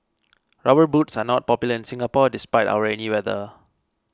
rubber boots are not popular in Singapore despite our rainy weather